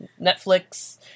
Netflix